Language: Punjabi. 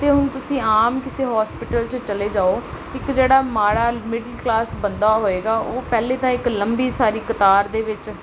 ਤੇ ਹੁਣ ਤੁਸੀਂ ਆਮ ਕਿਸੇ ਹੋਸਪਿਟਲ 'ਚ ਚਲੇ ਜਾਓ ਇੱਕ ਜਿਹੜਾ ਮਾੜਾ ਮਿਡਲ ਕਲਾਸ ਬੰਦਾ ਹੋਏਗਾ ਉਹ ਪਹਿਲੇ ਤਾਂ ਇੱਕ ਲੰਬੀ ਸਾਰੀ ਕਤਾਰ ਦੇ ਵਿੱਚ